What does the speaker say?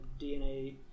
DNA